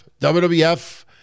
WWF